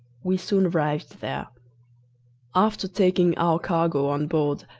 we soon arrived there after taking our cargo on board,